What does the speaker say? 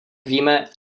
víme